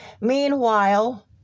meanwhile